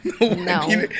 No